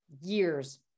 years